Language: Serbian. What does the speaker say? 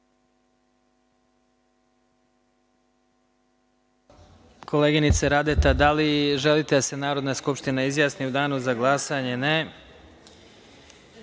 Koleginice Radeta, da li želite da se Narodna skupština izjasni u danu za glasanje?